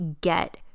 get